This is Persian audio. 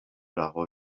رها